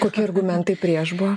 kokie argumentai prieš buvo